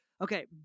Okay